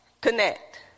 connect